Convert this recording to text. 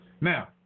Now